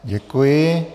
Děkuji.